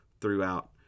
throughout